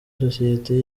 sosiyete